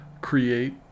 Create